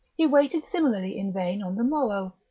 he waited similarly in vain on the morrow,